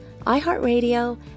iHeartRadio